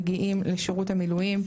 מגיעים לשירות המילואים,